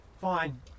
Fine